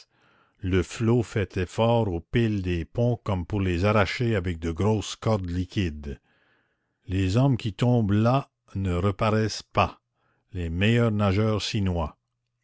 le flot fait effort aux piles des ponts comme pour les arracher avec de grosses cordes liquides les hommes qui tombent là ne reparaissent pas les meilleurs nageurs